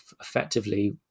effectively